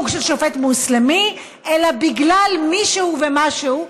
של שופט מוסלמי אלא בגלל מי שהוא ומה שהוא,